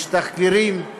יש תחקירים,